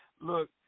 Look